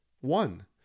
One